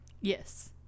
Yes